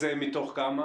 לעומת זאת,